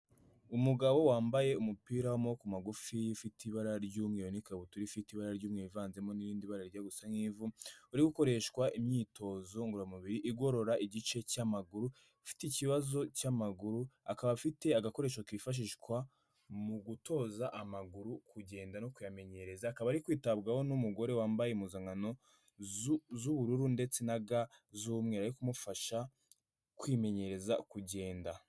Umugabo wambaye umupira w'amaboko magufi ufite ibara ry'umweru n'ikabutura ifite ibara ry'umweru ivanzemo n'irindi bara rijya gusa nk'ivu, uri gukoreshwa imyitozo ngororamubiri igorora igice cy'amaguru, ufite ikibazo cy'amaguru, akaba afite agakoresho kifashishwa mu gutoza amaguru kugenda no kuyamenyereza, akaba ari kwitabwaho n'umugore wambaye impuzankano z'ubururu ndetse na ga z'umweru, ari kumufasha kwimenyereza kugenda.